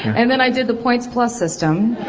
and then i did the points plus system.